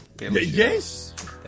Yes